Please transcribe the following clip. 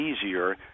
easier